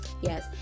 yes